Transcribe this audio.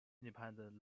independent